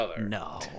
no